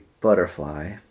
butterfly